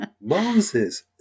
Moses